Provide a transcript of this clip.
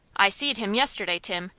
i seed him yesterday, tim,